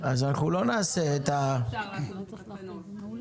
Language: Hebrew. אז אנחנו לא נעשה את התקנות עכשיו.